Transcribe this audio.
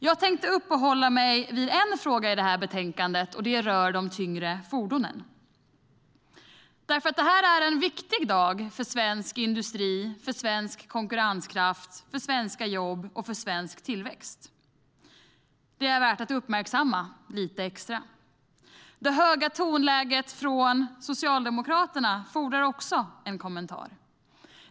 Jag tänkte uppehålla mig vid en fråga i betänkandet, och det rör de tyngre fordonen. Detta är en viktig dag för svensk industri, svensk konkurrenskraft, svenska jobb och svensk tillväxt. Det är värt att uppmärksamma lite extra. Det höga tonläget från Socialdemokraterna fordrar också en kommentar.